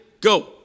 Go